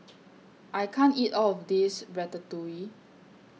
I can't eat All of This Ratatouille